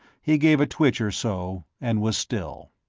he gave a twitch or so, and was still.